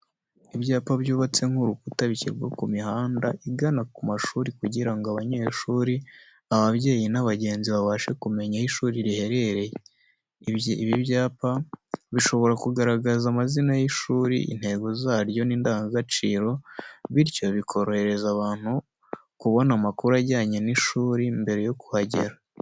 Ibyapa byubatse nk'urukuta bishyirwa ku mihanda igana ku mashuri kugira ngo abanyeshuri, ababyeyi, n'abagenzi babashe kumenya aho ishuri riherereye. Ibi byapa bishobora kugaragaza amazina y'ishuri, intego zaryo, n'indangagaciro, bityo bikorohereza abantu kubona amakuru ajyanye n'ishuri mbere yo kuhagera.